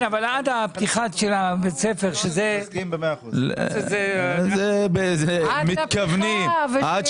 אבל עד הפתיחה של בית הספר -- ייקח זמן עד שיפתחו,